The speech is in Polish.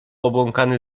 obłąkany